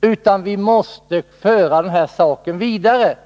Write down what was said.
utan vi måste föra den här saken vidare.